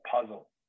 puzzle